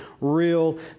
real